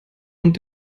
und